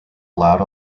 allowed